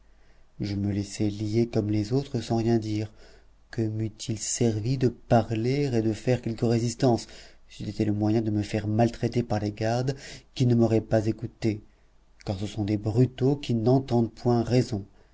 je me laissai lier comme les autres sans rien dire que meût il servi de parler et de faire quelque résistance c'eût été le moyen de me faire maltraiter par les gardes qui ne m'auraient pas écouté car ce sont des brutaux qui n'entendent point raison